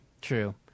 True